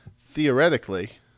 theoretically